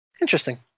interesting